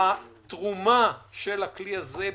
והתרומה של הכלי הזה,